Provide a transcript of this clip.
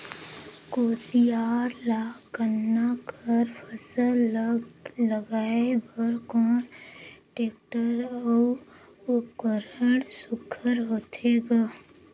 कोशियार या गन्ना कर फसल ल लगाय बर कोन टेक्टर अउ उपकरण सुघ्घर होथे ग?